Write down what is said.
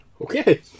Okay